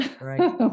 Right